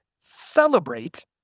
celebrate